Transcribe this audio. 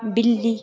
बिल्ली